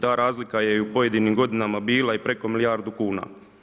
Ta razlika je i u pojedinim godina bila i preko milijardu kuna.